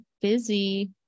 busy